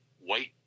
white